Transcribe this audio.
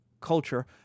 culture